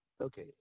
Okay